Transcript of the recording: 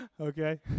Okay